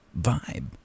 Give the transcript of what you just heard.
vibe